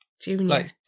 Junior